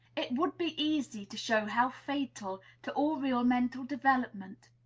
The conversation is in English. it would be easy to show how fatal to all real mental development,